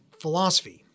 philosophy